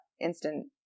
Instant